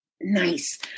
Nice